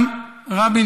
גם רבין,